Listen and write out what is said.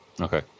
Okay